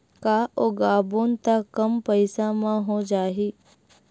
का उगाबोन त कम पईसा म हो जाही?